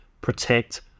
protect